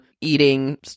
eating